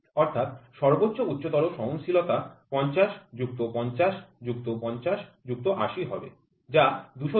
অর্থাৎ সর্বোচ্চ উচ্চতর সহনশীলতা ৫০ যুক্ত ৫০ যুক্ত ৫০ যুক্ত ৮০ হবে যা ২৩০